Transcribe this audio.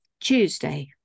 Tuesday